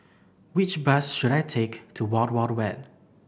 which bus should I take to Wild Wild Wet